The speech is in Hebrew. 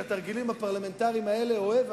את התרגילים הפרלמנטריים האלה אני אוהב,